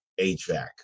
HVAC